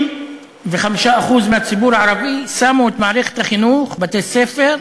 95% מהציבור הערבי שמו את מערכת החינוך, בתי-ספר,